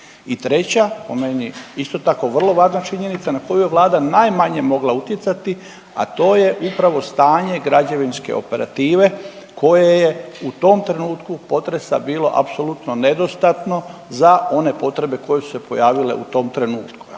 I treća po meni isto tako vrlo važna činjenica na koju je Vlada najmanje mogla utjecati, a to je upravo stanje građevinske operative koje je u tom trenutku potresa bilo apsolutno nedostatno za one potrebe koje su se pojavile u tom trenutku.